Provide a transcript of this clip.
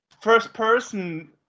first-person